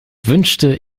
wünschte